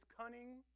cunning